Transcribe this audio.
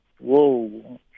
Whoa